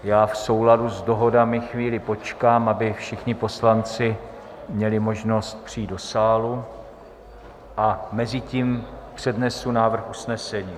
Já v souladu s dohodami chvíli počkám, aby všichni poslanci měli možnost přijít do sálu, a mezitím přednesu návrh usnesení.